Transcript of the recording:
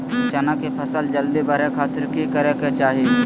चना की फसल जल्दी बड़े खातिर की करे के चाही?